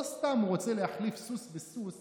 לא סתם הוא רוצה להחליף סוס בסוס